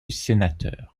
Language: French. sénateur